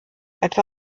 etwa